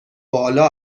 بالا